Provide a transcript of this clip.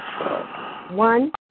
One